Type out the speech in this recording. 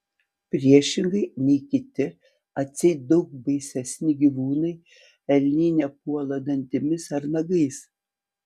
priešingai nei tie kiti atseit daug baisesni gyvūnai elniai nepuola dantimis ar nagais